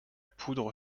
poudre